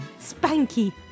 Spanky